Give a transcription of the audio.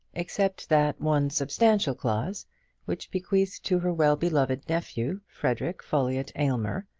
except that one substantial clause which bequeathed to her well-beloved nephew, frederic folliott aylmer,